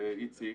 ואיציק,